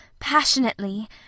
passionately